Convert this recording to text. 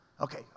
Okay